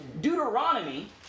Deuteronomy